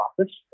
office